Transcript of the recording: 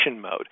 mode